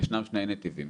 ישנם שני נתיבים.